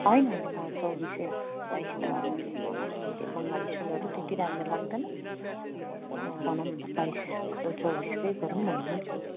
होइन होइन म चौबिसै बाइस त अब त्यो मलाई त्यो बङ्गाली सुनहरू त्यति राम्रो लाग्दैन अब बनाऊँ भन्दै उही चौबिसकै गरौँ भनेको नि